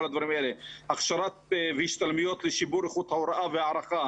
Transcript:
הכשרות והשתלמויות לשיפור איכות ההוראה והערכה.